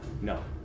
no